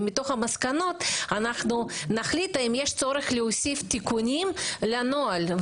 ומתוך המסקנות אנחנו נחליט האם יש צורך להוסיף תיקונים לנוהל.